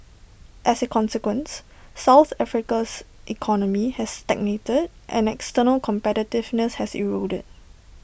as A consequence south Africa's economy has stagnated and external competitiveness has eroded